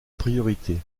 priorité